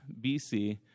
BC